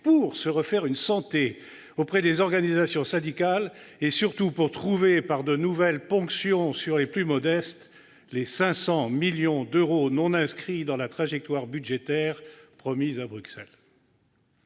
pour se refaire une santé auprès des organisations syndicales et, surtout, pour trouver, par de nouvelles ponctions sur les plus modestes, les 500 millions d'euros non inscrits dans la trajectoire budgétaire promise à Bruxelles